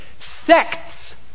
Sects